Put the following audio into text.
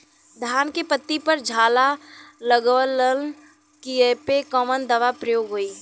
धान के पत्ती पर झाला लगववलन कियेपे कवन दवा प्रयोग होई?